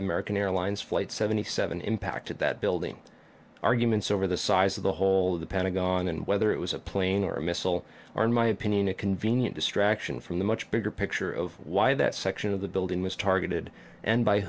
american airlines flight seventy seven impacted that building arguments over the size of the whole of the pentagon and whether it was a plane or a missile or in my opinion a convenient distraction from the much bigger picture of why that section of the building was targeted and b